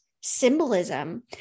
symbolism